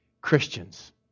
Christians